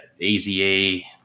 AZA